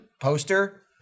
poster